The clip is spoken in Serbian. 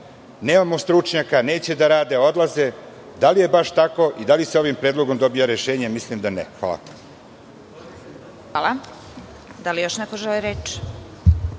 nemamo stručnjake, neće da rade, odlaze. Da li je baš tako i da li sa ovim predlogom dobijamo rešenja? Mislim da ne. Hvala. **Vesna Kovač** Da li još neko želi reč?